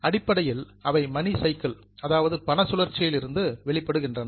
அடிப்படையில் அவை money cycle பண சுழற்சியில் இருந்து வெளிப்படுகின்றன